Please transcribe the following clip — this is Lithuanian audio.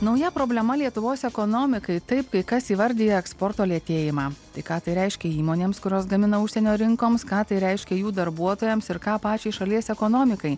nauja problema lietuvos ekonomikai taip kai kas įvardija eksporto lėtėjimą tai ką tai reiškia įmonėms kurios gamina užsienio rinkoms ką tai reiškia jų darbuotojams ir ką pačiai šalies ekonomikai